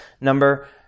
number